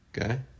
Okay